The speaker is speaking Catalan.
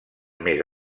més